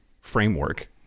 framework